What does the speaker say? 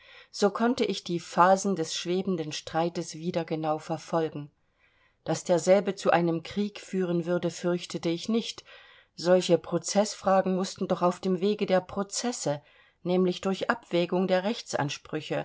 so konnte ich die phasen des schwebenden streites wieder genau verfolgen daß derselbe zu einem krieg führen würde fürchtete ich nicht solche prozeßfragen mußten doch auf dem wege der prozesse nämlich durch abwägung der rechtsansprüche